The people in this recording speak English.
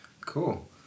cool